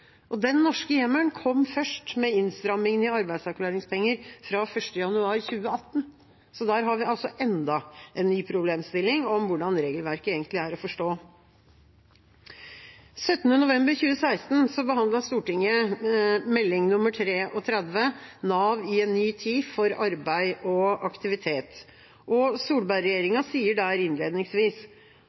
Den norske hjemmelen kom først med innstrammingen i arbeidsavklaringspenger fra 1. januar 2018. Så der har vi altså enda en ny problemstilling om hvordan regelverket egentlig er å forstå. Den 17. november 2016 behandlet Stortinget Meld. St. 33 for 2015–2016 Nav i en ny tid – for arbeid og aktivitet. Solberg-regjeringa sier der innledningsvis: